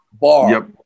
bar